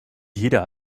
jeder